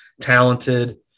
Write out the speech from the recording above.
talented